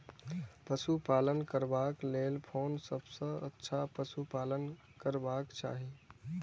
पशु पालन करबाक लेल कोन सबसँ अच्छा पशु पालन करबाक चाही?